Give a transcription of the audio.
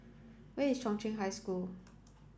where is Chung Cheng High School